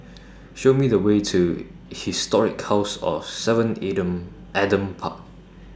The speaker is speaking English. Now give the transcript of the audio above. Show Me The Way to Historic House of seven Adam Adam Park